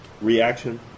Reaction